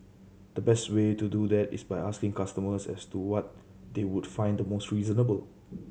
the best way to do that is by asking customers as to what they would find the most reasonable